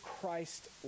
Christ